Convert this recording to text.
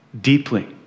deeply